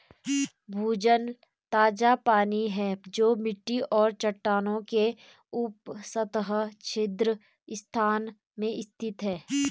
भूजल ताजा पानी है जो मिट्टी और चट्टानों के उपसतह छिद्र स्थान में स्थित है